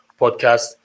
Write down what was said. podcast